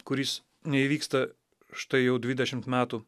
kuris neįvyksta štai jau dvidešimt metų